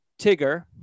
Tigger